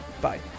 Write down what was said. Bye